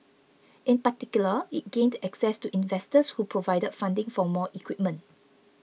in particular it gained access to investors who provided funding for more equipment